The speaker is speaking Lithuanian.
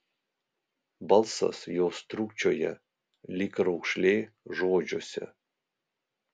balsas jos trūkčioja lyg raukšlė žodžiuose